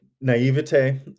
naivete